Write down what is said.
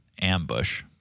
ambush